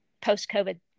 post-COVID